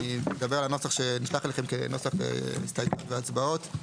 אני מדבר על הנוסח שנשלח אליכם כנוסח הסתייגויות והצבעות.